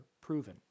proven